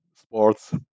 sports